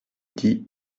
dit